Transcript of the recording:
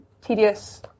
tedious